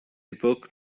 époque